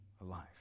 alive